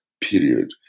period